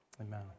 Amen